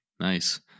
Nice